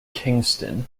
kingston